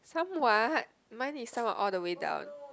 somewhat mine is saw all the way down